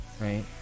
Right